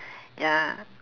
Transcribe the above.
ya